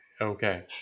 okay